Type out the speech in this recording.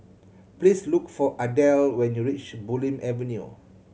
please look for Adell when you reach Bulim Avenue